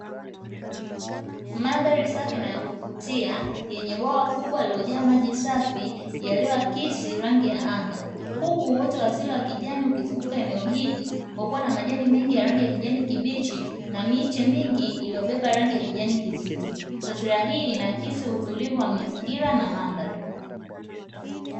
Mandhari safi na ya kuvutia yenye bwawa kubwa lililojaa maji safi yaliyoakisi rangi ya anga. Huku uoto wa asili wa kijani ukizunguka eneo hili kwa kuwa na majani mengi ya rangi ya kijani kibichi na miche mingi iliyobeba rangi ya kijani kizito. Taswira hii inaakisi utulivu wa mazingira na mandhari.